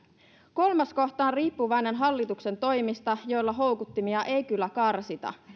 kolmas kohta on riippuvainen hallituksen toimista joilla houkuttimia ei kyllä karsita